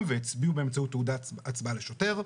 והצביעו באמצעות תעודת הצבעה לשוטר.